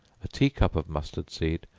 a tea-cup of mustard seed,